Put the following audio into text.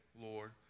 Lord